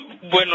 Bueno